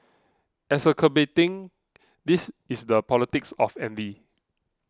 exacerbating this is the politics of envy